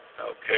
Okay